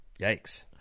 yikes